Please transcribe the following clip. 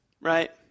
right